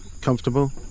Comfortable